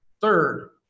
third